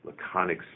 laconic